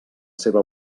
seva